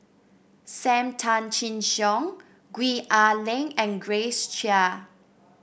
Sam Tan Chin Siong Gwee Ah Leng and Grace Chia